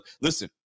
Listen